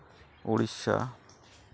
Odisha